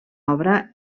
obra